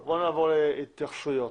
נעבור להתייחסויות.